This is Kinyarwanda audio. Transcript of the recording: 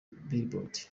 billboard